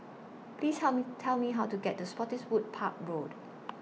Please Tell Me Tell Me How to get to Spottiswoode Park Road